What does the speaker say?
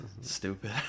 stupid